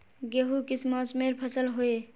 गेहूँ किस मौसमेर फसल होय?